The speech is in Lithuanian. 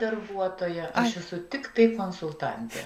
darbuotoja aš esu tiktai konsultantė